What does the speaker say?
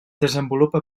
desenvolupa